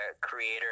creator